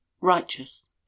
righteous